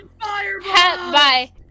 Bye